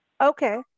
okay